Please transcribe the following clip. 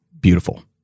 beautiful